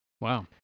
wow